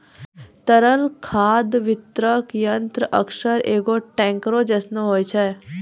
तरल खाद वितरक यंत्र अक्सर एगो टेंकरो जैसनो होय छै